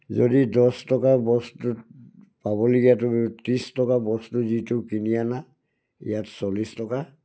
যদি দহ টকা বস্তু পাবলগীয়াটো ত্ৰিছ টকা বস্তু যিটো কিনি আনা ইয়াত চল্লিছ টকা